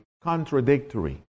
contradictory